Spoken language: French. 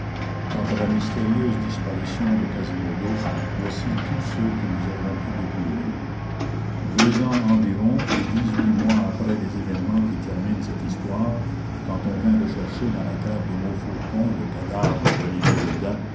quant à la mystérieuse disparition de quasimodo voici tout ce que nous avons pu découvrir deux ans environ ou dix-huit mois après les événements qui terminent cette histoire quand on vint rechercher dans la cave de montfaucon le cadavre d'olivier